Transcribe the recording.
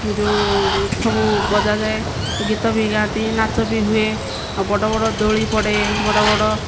ଯେଉଁ ସବୁ ବଜାଯାଏ ଗୀତ ବି ଗାଆନ୍ତି ନାଚ ବି ହୁଏ ଆଉ ବଡ଼ ବଡ଼ ଦୋଳି ପଡ଼େ ବଡ଼ ବଡ଼